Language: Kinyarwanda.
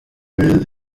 birenze